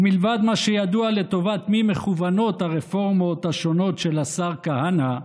ומלבד מה שידוע לטובת מי מכוונות הרפורמות השונות של השר כהנא,